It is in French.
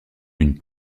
une